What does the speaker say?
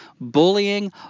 bullying